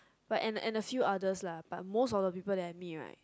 but and and the few other lah but most of the people let me right